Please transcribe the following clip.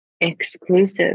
exclusive